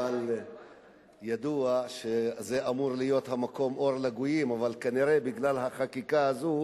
אבל ידוע שהמקום הזה אמור להיות אור לגויים וכנראה בגלל החקיקה הזאת הוא